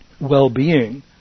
well-being